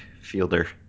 fielder